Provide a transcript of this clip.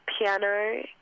piano